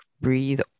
Breathe